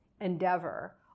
endeavor